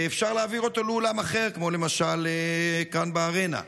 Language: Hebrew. אפשר להעביר אותו לאולם אחר, כמו לכאן, בארנה.